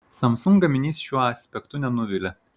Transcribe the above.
samsung gaminys šiuo aspektu nenuvilia